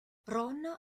ron